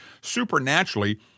supernaturally